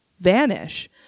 vanish